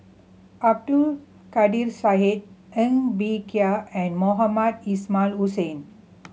Abdul Kadir Syed Ng Bee Kia and Mohamed Ismail Hussain